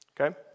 okay